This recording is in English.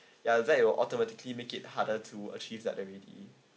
ya that it'll automatically make it harder to achieve that already